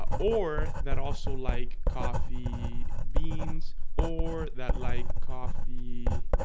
ah or that also like coffee beans or that like coffee